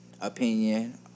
opinion